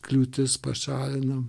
kliūtis pašalinam